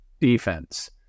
defense